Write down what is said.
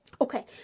okay